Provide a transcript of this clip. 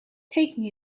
taking